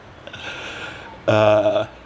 uh